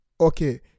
Okay